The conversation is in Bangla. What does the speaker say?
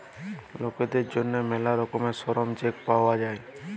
লকদের জ্যনহে ম্যালা রকমের শরম চেক পাউয়া যায়